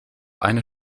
eine